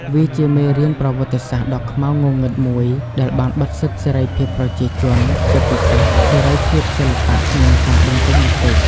វាជាមេរៀនប្រវត្តិសាស្ត្រដ៏ខ្មៅងងឹតមួយដែលបានបិទសិទ្ធសេរីភាពប្រជាជន ជាពិសេសសេរីភាពសិល្បៈ និងការបញ្ចេញមតិ។